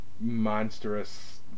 monstrous